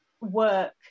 work